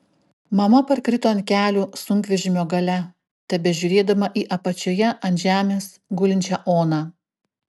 mama parkrito ant kelių sunkvežimio gale tebežiūrėdama į apačioje ant žemės gulinčią oną